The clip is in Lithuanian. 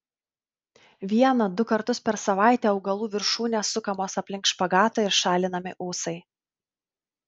vieną du kartus per savaitę augalų viršūnės sukamos aplink špagatą ir šalinami ūsai